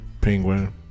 Penguin